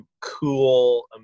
cool